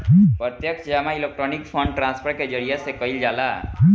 प्रत्यक्ष जमा electronic fund transfer के जरिया से कईल जाला